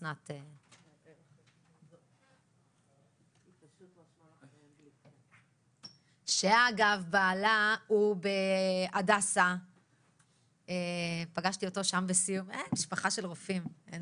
יש רק MRI, CT ו-PET CT. אין